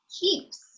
keeps